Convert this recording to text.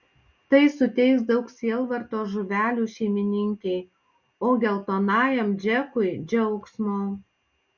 tai suteiks daug sielvarto žuvelių šeimininkei o geltonajam džekui džiaugsmo